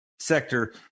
sector